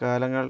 കാലങ്ങൾ